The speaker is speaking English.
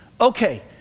okay